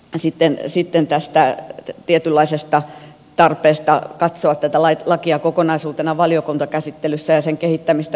käsittelee sitten tästä kaikkiaan tietynlaisesta tarpeesta katsoa tätä lakia kokonaisuutena valiokuntakäsittelyssä ja sen kehittämistä